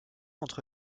entre